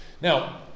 Now